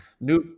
New